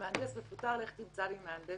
אתה מפוטר, לך תמצא לי מהנדס